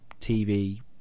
TV